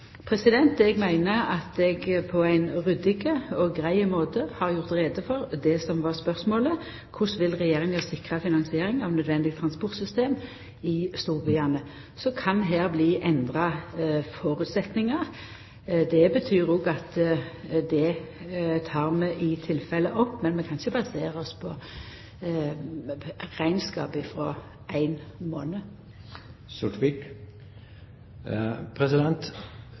at eg på ein ryddig og grei måte har gjort greie for det som var spørsmålet: «Hvordan vil regjeringen sikre finansiering av nødvendig transportsystem i storbyene?» Så kan det bli endra føresetnader her. Det betyr at det tek vi i tilfelle opp, men vi kan ikkje basera oss på